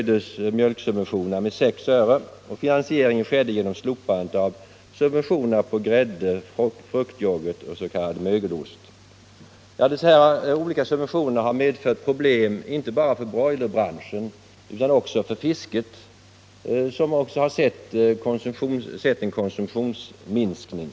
Dessa olika subventioner har medfört problem, inte bara för broilerbranschen utan också för fisket, som har haft en konsumtionsminskning.